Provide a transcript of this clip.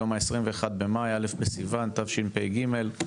היום ה-21 במאי, א' בסיוון, תשפ"ג.